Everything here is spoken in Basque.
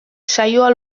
saioa